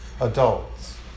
adults